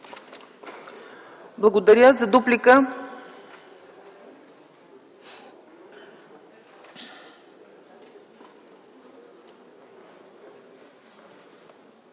Благодаря. За дуплика